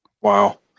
Wow